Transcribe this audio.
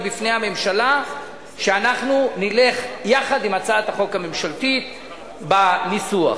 בפני הממשלה שאנחנו נלך יחד עם הצעת החוק הממשלתית בניסוח.